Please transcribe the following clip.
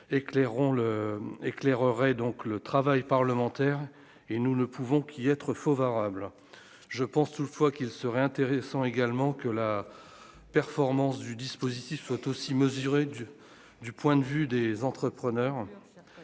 l'éclairerais donc le travail parlementaire et nous ne pouvons qu'y être faut variable je pense toutefois qu'il serait intéressant également que la performance du dispositif soit aussi mesurée du du point de vue des entrepreneurs